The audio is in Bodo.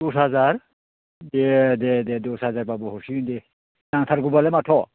दस हाजार दे दे दे दस हाजार बाबो हरसिगोन दे नांथारगौब्लालाय माथ'